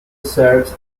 serves